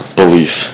belief